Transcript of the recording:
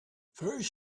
first